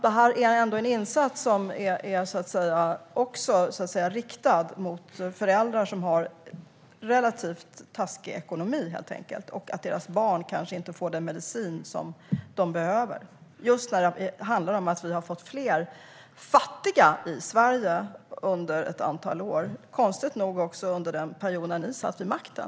Detta är ändå en insats som är riktad mot föräldrar som har en relativt taskig ekonomi. Deras barn kanske inte får den medicin som de behöver. Det handlar om att vi har fått fler fattiga i Sverige under ett antal år, konstigt nog också under den period när ni satt vid makten.